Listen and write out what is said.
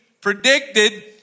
predicted